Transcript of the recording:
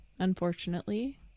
Unfortunately